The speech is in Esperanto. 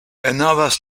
enhavas